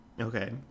okay